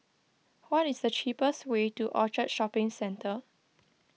what is the cheapest way to Orchard Shopping Centre